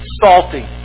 salty